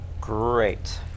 Great